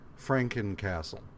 frankencastle